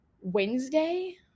Wednesday